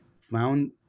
found